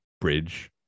bridge